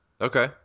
okay